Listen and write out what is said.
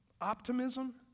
optimism